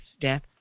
death